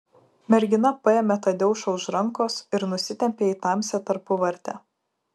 mergina paėmė tadeušą už rankos ir nusitempė į tamsią tarpuvartę